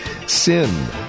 Sin